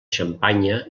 xampanya